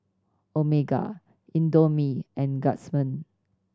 Omega Indomie and Guardsman